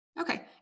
Okay